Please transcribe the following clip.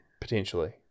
Potentially